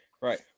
Right